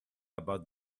about